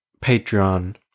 Patreon